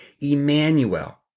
Emmanuel